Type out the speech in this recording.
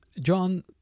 John